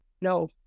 No